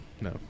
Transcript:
No